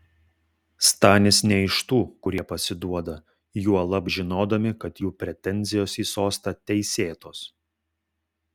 stanis ne iš tų kurie pasiduoda juolab žinodami kad jų pretenzijos į sostą teisėtos